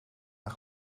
een